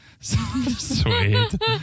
Sweet